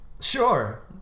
Sure